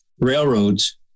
railroads